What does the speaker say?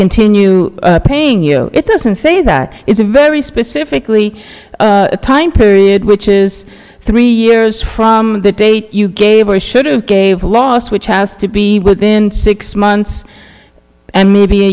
continue paying you it doesn't say that it's a very specifically a time period which is three years from the date you gave or should have gave last which has to be within six months and maybe a